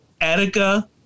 Attica